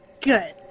good